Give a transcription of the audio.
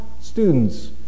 students